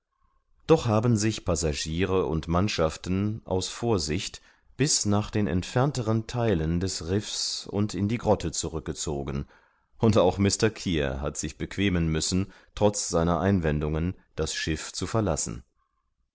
doch haben sich passagiere und mannschaften aus vorsicht bis nach den entfernteren theilen des riffs und in die grotte zurückgezogen und auch mr kear hat sich bequemen müssen trotz seiner einwendungen das schiff zu verlassen